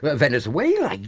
but venezuela?